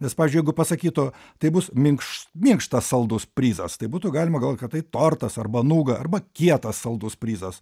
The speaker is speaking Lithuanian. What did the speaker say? nes pavyzdžiui jeigu pasakytų tai bus minkšta minkštas saldus prizas tai būtų galima gal kad tai tortas arba nuga arba kietas saldus prizas